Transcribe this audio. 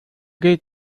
gilt